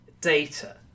data